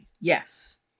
Yes